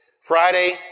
Friday